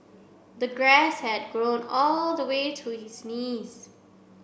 the grass had grown all the way to his knees